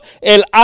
el